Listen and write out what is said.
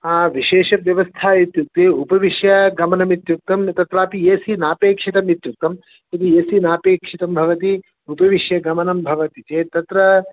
विशेषव्यवस्था इत्युक्ते उपविश्य गमनमित्युक्तं तत्रापि ए सि नापेक्षितमित्युक्तं यदि नापेक्षितं भवति उपविश्य गमनं भवति चेत् तत्र